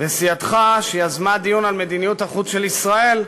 וסיעתך היא שיזמה דיון על מדיניות החוץ של ישראל.